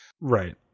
Right